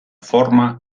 forma